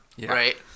Right